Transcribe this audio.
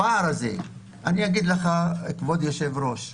הפער הזה, כבוד היושב-ראש,